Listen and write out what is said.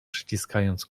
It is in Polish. przyciskając